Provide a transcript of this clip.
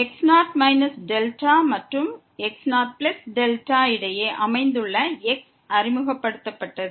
x0 δ மற்றும் x0δ இடையே அமைந்துள்ள xஆல் அறிமுகப்படுத்தப்பட்டது